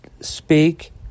speak